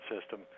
system